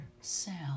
sound